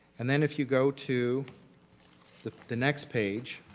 and then if you go to the the next page,